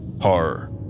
horror